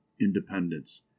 independence